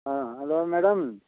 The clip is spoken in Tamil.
ah hello madam